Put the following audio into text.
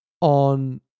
on